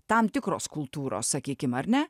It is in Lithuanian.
tam tikros kultūros sakykim ar ne